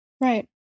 Right